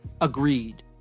agreed